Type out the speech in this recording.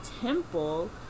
temple